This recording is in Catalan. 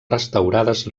restaurades